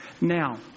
Now